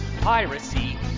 piracy